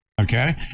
okay